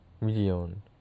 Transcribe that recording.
million